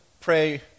pray